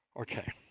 Okay